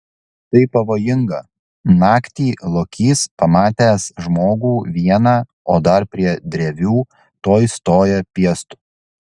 tai pavojinga naktį lokys pamatęs žmogų vieną o dar prie drevių tuoj stoja piestu